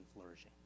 flourishing